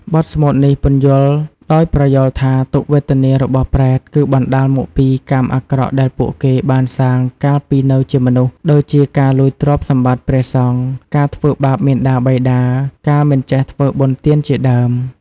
បទស្មូតនេះពន្យល់ដោយប្រយោលថា ទុក្ខវេទនារបស់ប្រេត គឺបណ្តាលមកពីកម្មអាក្រក់ដែលពួកគេបានសាងកាលពីនៅជាមនុស្ស ដូចជាការលួចទ្រព្យសម្បត្តិព្រះសង្ឃ ការធ្វើបាបមាតាបិតា ការមិនចេះធ្វើបុណ្យទានជាដើម។